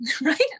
right